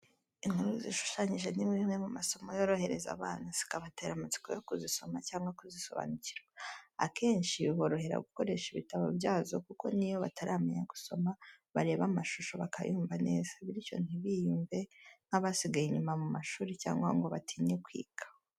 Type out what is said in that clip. Inkuru zishushanyije, ni bimwe mu masomo yorohereza abana, zikabatera amatsiko yo kuzisoma cyangwa kuzisobanukirwa. Akenshi biborohera gukoresha ibitabo byazo kuko n’iyo bataramenya gusoma, bareba amashusho bakayumva neza, bityo ntibiyumve nk’abasigaye inyuma mu ishuri cyangwa ngo batinye kwiga.